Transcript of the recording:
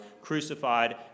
crucified